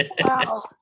Wow